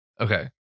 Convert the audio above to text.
Okay